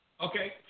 Okay